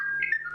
הפרקטיקה,